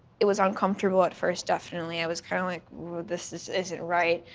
it was uncomfortable at first, definitely. i was kind of like, this this isn't right.